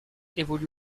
évolue